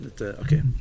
Okay